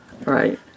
Right